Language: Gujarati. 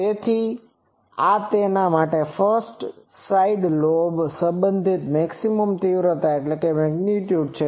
તેથી આ તેના માટે ફર્સ્ટ સાઇડ લોબ સંબંધિત મહત્તમ તીવ્રતા છે